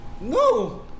No